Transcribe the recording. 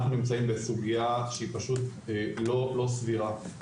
אנחנו נמצאים בסוגיה שהיא פשוט לא סבירה,